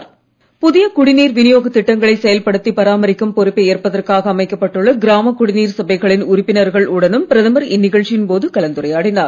விந்தியாச்சல் பிராந்தியத்தில் புதிய குடிநீர் விநியோக திட்டங்களை செயல்படுத்தி பராமரிக்கும் பொறுப்பை ஏற்பதற்காக அமைக்கப்பட்டுள்ள கிராம குடிநீர் சபைகளின் உறுப்பினர்கள் உடனும் பிரதமர் இந்நிகழ்ச்சியின் போது கலந்துரையாடினார்